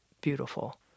beautiful